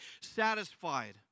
satisfied